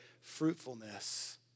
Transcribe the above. fruitfulness